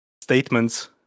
statements